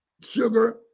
sugar